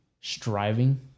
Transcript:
striving